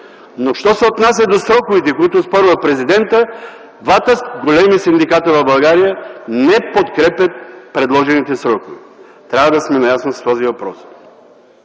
Но що се отнася до сроковете, които оспорва президента, двата големи синдиката в България не подкрепят предложените срокове. Трябва да сме наясно с този въпрос.